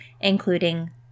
including